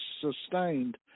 sustained